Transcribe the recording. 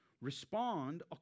Respond